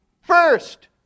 first